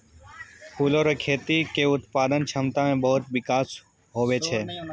फूलो रो खेती के उत्पादन क्षमता मे बहुत बिकास हुवै छै